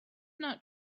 not